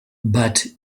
but